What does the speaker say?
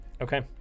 okay